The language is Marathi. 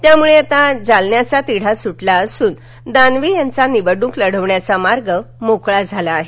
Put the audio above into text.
त्यामुळे आता जालन्याचा तिढा सुटला असून दानवे यांचा निवडणूक लढवण्याचा मार्ग मोकळा झाला आहे